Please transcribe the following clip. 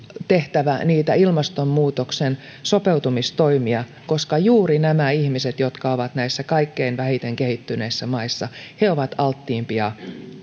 tehtävä ilmastonmuutoksen sopeutumistoimia koska juuri nämä ihmiset jotka ovat näissä kaikkein vähiten kehittyneissä maissa ovat altteimpia